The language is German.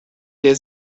der